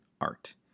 art